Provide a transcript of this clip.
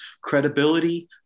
Credibility